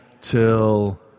till